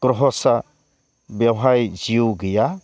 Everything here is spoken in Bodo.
ग्रह'सा बेवहाय जिउ गैया